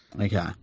okay